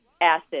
acid